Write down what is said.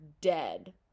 dead